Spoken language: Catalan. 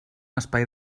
espai